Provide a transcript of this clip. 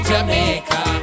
Jamaica